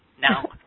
Now